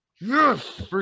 Yes